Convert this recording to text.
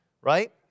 right